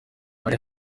ari